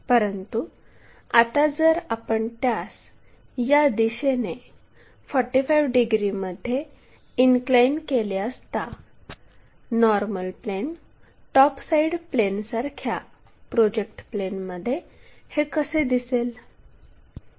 परंतु आता जर आपण त्यास या दिशेने 45 डिग्रीमध्ये इनक्लाइन केले असता नॉर्मल प्लेन टॉप साईड प्लेनसारख्या प्रोजेक्ट प्लेनमध्ये हे कसे दिसेल